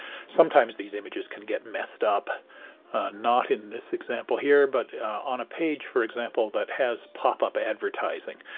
sometimes these images can get messed up not in this example here but on a page, for example, that has pop-up advertising,